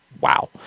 wow